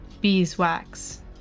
Beeswax